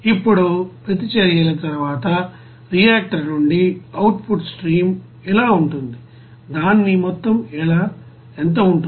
ఇప్పుడు ప్రతిచర్యల తరువాత రియాక్టర్ నుండి అవుట్పుట్ స్ట్రీమ్ ఎలా ఉంటుంది దాని మొత్తం ఎంత ఉంటుంది